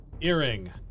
Earring